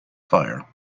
fire